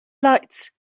lights